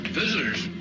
visitors